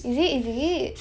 is it is it